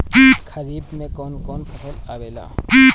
खरीफ में कौन कौन फसल आवेला?